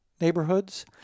neighborhoods